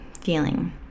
feeling